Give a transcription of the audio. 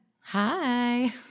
Hi